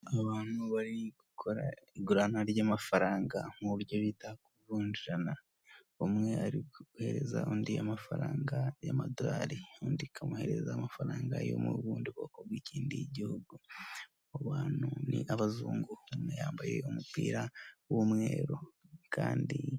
Abantu bari gukora igurana ry'amafaranga mu buryo bita ku kuvunjirana ,umwe ariko kohereza undi amafaranga y'amadorari undi ikamwohereza amafaranga yo mu bundi bwoko bw'ikindi y'igihugu . Abo bantu ni abazungu umwe yambaye umupira w'umweru kandi.